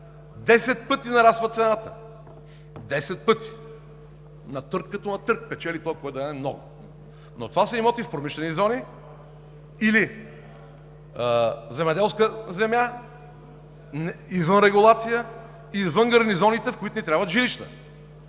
пъти нараства цената. Десет пъти! На търг като на търг, печели този, който даде най-много. Но това са имоти в промишлени зони или земеделска земя извън регулация, извън гарнизоните, в които ни трябват жилища.